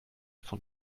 von